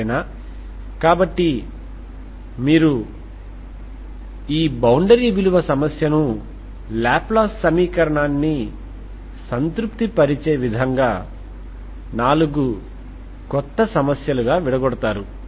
సరేనా కాబట్టి మీరు ఈ బౌండరీ విలువ సమస్యను లాప్లేస్ సమీకరణాన్ని సంతృప్తిపరిచే విధంగా 4 కొత్త సమస్యలుగా విడగొడతారు